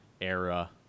era